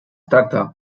tracta